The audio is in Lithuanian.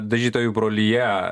dažytojų brolija